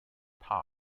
pax